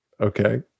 Okay